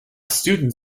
student